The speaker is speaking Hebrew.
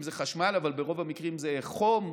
אם זה חשמל, אבל ברוב המקרים זה חום,